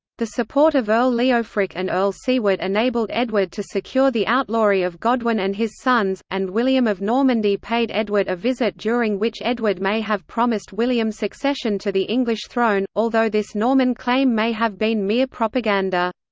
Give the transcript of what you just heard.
the support of earl leofric and earl siward enabled edward to secure the outlawry of godwine and his sons and william of normandy paid edward a visit during which edward may have promised william succession to the english throne, although this norman claim may have been mere propaganda.